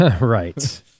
Right